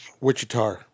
wichita